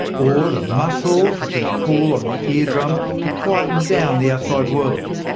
or the muscles that can pull on the ear drum to quieten down the outside world,